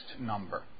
number